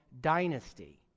dynasty